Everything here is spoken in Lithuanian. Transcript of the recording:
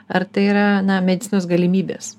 ar tai yra medicinos galimybės